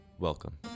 Welcome